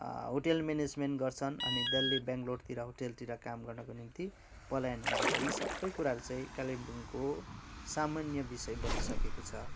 hotel management गर्छन् अनि दिल्ली बेङलोरतिर होटलतिर काम गर्नको निम्ति पलायन हुदँछ यि सबै कुराहरू चाहिँ कालेम्पुङ्गको सामान्य विषय बनिसकेको छ